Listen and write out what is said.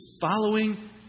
Following